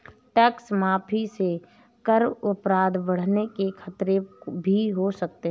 tax माफी से कर अपराध बढ़ने के खतरे भी हो सकते हैं